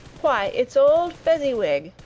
why, it's old fezziwig!